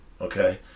Okay